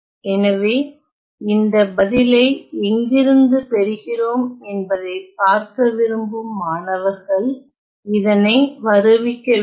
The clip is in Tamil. எனவே இந்த பதிலை எங்கிருந்து பெறுகிறோம் என்பதைப் பார்க்க விரும்பும் மாணவர்கள் இதனை வருவிக்க வேண்டும்